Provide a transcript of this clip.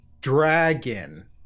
dragon